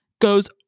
goes